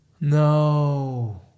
No